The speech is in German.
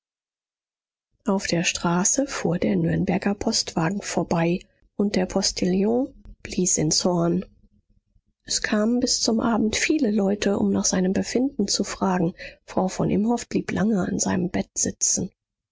auf der straße fuhr der nürnberger postwagen vorbei und der postillon blies ins horn es kamen bis zum abend viele leute um nach seinem befinden zu fragen frau von imhoff blieb lange an seinem bett sitzen